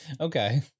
Okay